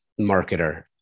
marketer